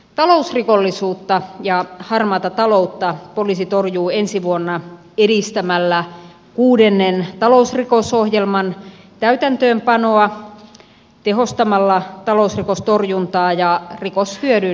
talousrikollisuutta ja harmaata taloutta poliisi torjuu ensi vuonna edistämällä kuudennen talousrikosohjelman täytäntöönpanoa sekä tehostamalla talousrikostorjuntaa ja rikoshyödyn jäljittämistä